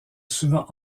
souvent